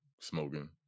smoking